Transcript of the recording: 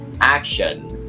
action